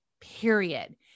period